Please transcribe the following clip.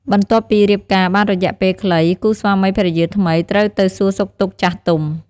បន្ទាប់ពីរៀបការបានរយៈពេលខ្លី គូស្វាមីភរិយាថ្មីត្រូវទៅសួរសុខទុក្ខចាស់ទុំ។